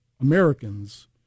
Americans